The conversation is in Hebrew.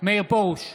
מאיר פרוש,